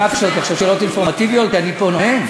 מה אתה שואל אותי עכשיו שאלות אינפורמטיביות כשאני פה נואם?